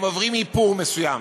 הם עוברים איפור מסוים,